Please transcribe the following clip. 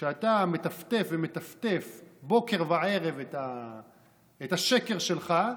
כשאתה מטפטף ומטפטף בוקר וערב את השקר שלך,